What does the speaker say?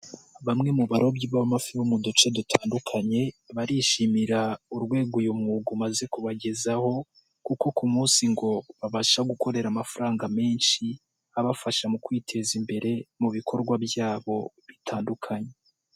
Bamwe mu barobyi b'amafi yo mu duce dutandukanye barishimira urwego uyu mwuga umaze kubagezaho kuko ku munsi ngo babasha gukorera amafaranga menshi abafasha mu kwiteza imbere mu bikorwa byabo bitandukanye.